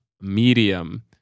medium